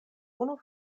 unu